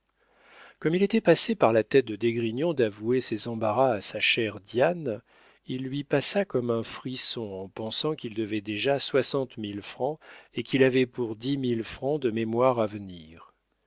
comme il était passé par la tête de d'esgrignon d'avouer ses embarras à sa chère diane il lui passa comme un frisson en pensant qu'il devait déjà soixante mille francs et qu'il avait pour dix mille francs de mémoires à venir